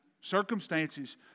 Circumstances